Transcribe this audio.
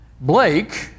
Blake